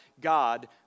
God